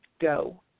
go